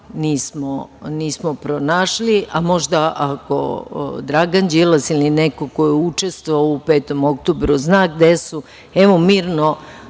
nismo pronašli, a možda ako Dragan Đilas ili neko ko je učestvovao u 5. oktobru zna gde su, mirno